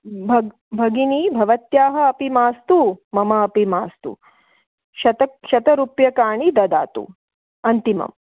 भ भगिनि भवत्याः अपि मास्तु मम अपि मास्तु शत शतरूप्यकाणि ददातु अन्तिमम्